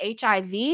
HIV